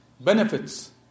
benefits